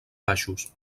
baixos